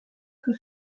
que